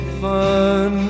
fun